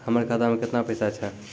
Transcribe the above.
हमर खाता मैं केतना पैसा छह?